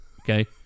Okay